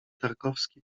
tarkowski